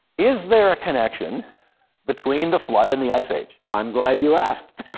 is there a connection between the flood and the ice age? i'm glad you asked.